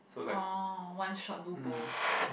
oh one shot do both